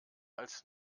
als